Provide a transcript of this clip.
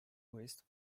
voiced